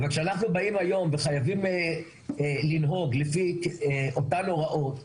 אבל כשאנחנו באים היום וחייבים לנהוג לפי אותן הוראות,